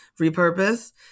repurpose